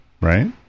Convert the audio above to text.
Right